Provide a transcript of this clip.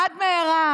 עד מהרה,